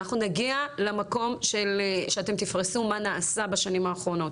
אנחנו נגיע למקום שאתם תפרסו מה נעשה בשנים האחרונות.